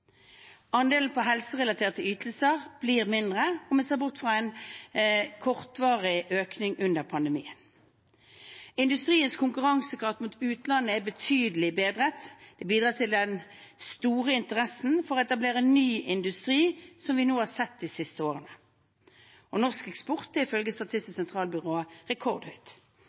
Andelen på helserelaterte ytelser blir mindre – om en ser bort fra en kortvarig økning under pandemien. Industriens konkurransekraft mot utlandet er betydelig bedret. Det bidrar til den store interessen for å etablere ny industri, som vi har sett de siste årene. Norsk eksport er ifølge Statistisk